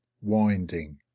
winding